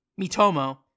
Mitomo